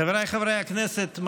חבריי חברי הכנסת,